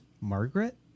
Margaret